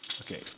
Okay